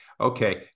okay